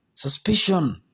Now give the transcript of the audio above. Suspicion